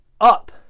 up